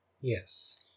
Yes